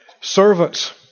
Servants